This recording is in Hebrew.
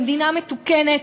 במדינה מתוקנת,